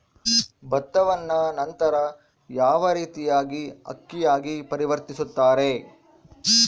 ಭತ್ತವನ್ನ ನಂತರ ಯಾವ ರೇತಿಯಾಗಿ ಅಕ್ಕಿಯಾಗಿ ಪರಿವರ್ತಿಸುತ್ತಾರೆ?